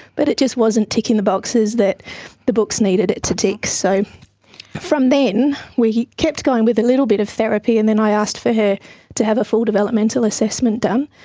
but it just wasn't kicking the boxes that the books needed it to tick. so from then we kept going with a little bit of therapy and then i asked for her to have a full developmental assessment done.